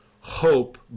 hope